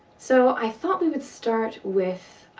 so, i thought we would start with,